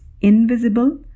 invisible